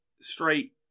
straight